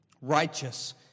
Righteous